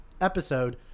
episode